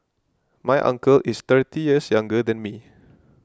my uncle is thirty years younger than me